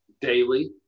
daily